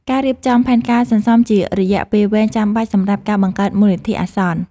ការរៀបចំផែនការសន្សំជារយៈពេលវែងចាំបាច់សម្រាប់ការបង្កើតមូលនិធិអាសន្ន។